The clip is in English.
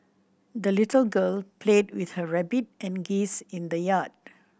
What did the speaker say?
the little girl played with her rabbit and geese in the yard